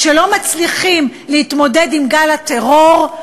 כשלא מצליחים להתמודד עם גל הטרור,